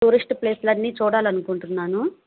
tourist ప్లేస్లు అన్నీ చూడాలి అనుకుంటున్నాను